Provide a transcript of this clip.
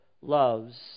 loves